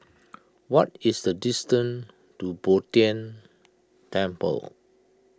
what is the distance to Bo Tien Temple